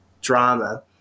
drama